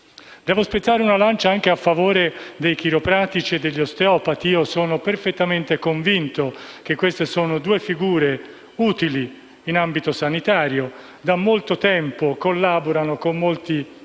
Devo spezzare una lancia anche a favore dei chiropratici e degli osteopati. Sono perfettamente convinto che queste siano due figure utili in ambito sanitario, che da molto tempo collaborano con molti medici,